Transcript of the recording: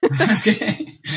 Okay